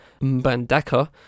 Mbandaka